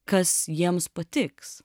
kas jiems patiks